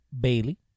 Bailey